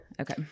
Okay